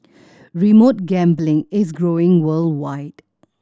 remote gambling is growing worldwide